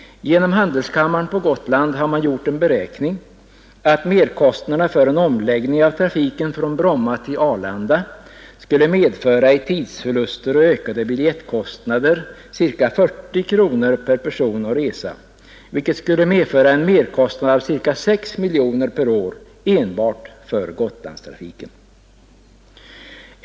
Handelskammaren på Gotland har gjort den beräkningen att merkostnaderna för en omläggning av trafiken från Bromma till Arlanda i tidsförluster och ökade biljettkostnader skulle medföra ca 40 kronor per person och resa, vilket skulle medföra en merkostnad av ca 6 miljoner kronor per år enbart för Gotlandstrafiken.